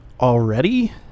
already